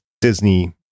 Disney